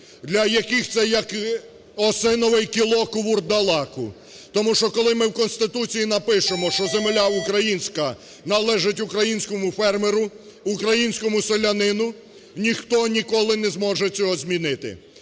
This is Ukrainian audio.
для яких це як осиновий кілок вурдалаку, тому що коли ми в Конституції напишемо, що землі українська належить українському фермеру, українському селянину, ніхто ніколи не зможе цього змінити.